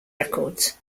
records